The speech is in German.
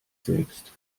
selbst